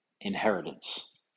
inheritance